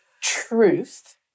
truth